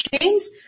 chains